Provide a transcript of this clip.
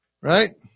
Right